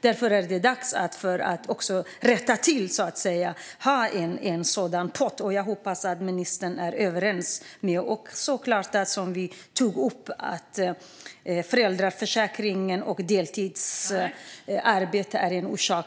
Därför är det dags att rätta till detta och att ha en sådan pott. Jag hoppas att ministern är överens med mig. Som vi tog upp är såklart föräldraförsäkringen och deltidsarbete en orsak.